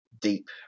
deep